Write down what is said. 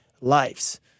lives